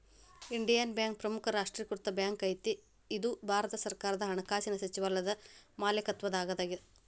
Indian bank ಪ್ರಮುಖ ರಾಷ್ಟ್ರೇಕೃತ bank ಐತಿ ಇದು ಭಾರತ ಸರ್ಕಾರದ ಹಣಕಾಸಿನ್ ಸಚಿವಾಲಯದ ಮಾಲೇಕತ್ವದಾಗದ